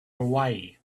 hawaii